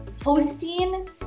posting